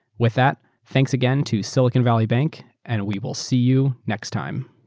with that, thanks again to silicon valley bank and we will see you next time.